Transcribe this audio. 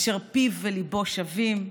אשר פיו וליבו שווים,